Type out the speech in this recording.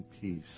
peace